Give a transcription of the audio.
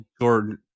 Jordan